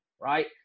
right